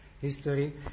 history